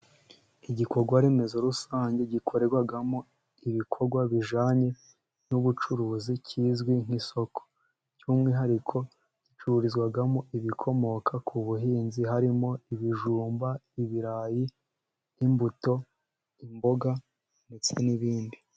Igikorwa remezo rusange gikorerwamo ibikorwa bijyanye n'ubucuruzi kizwi nk'isoko, by'umwihariko gicururizwamo ibikomoka ku buhinzi, harimo ibijumba ibirayi n'imbuto imboga ndetse n'ibindi.